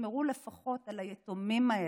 תשמרו לפחות על היתומים האלה.